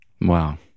Wow